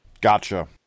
gotcha